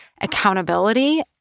accountability